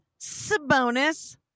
Sabonis